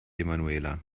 emanuela